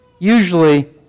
Usually